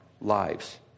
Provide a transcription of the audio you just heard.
lives